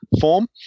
form